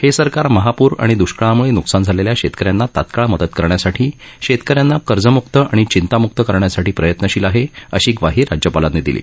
हे सरकार महापुर आणि दृष्काळामुळे नुकसान झालेल्या शेतकऱ्यांना तत्काळ मदत करण्यासाठी शेतकऱ्यांना कर्जम्क्त आणि चिंतामुक्त करण्यासाठी प्रयत्नशील आहे अशी ग्वाही राज्यपालांनी दिली